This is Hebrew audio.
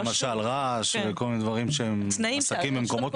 למשל, רעש וכל מיני עסקים במקומות מסוימים.